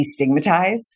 destigmatize